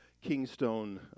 Kingstone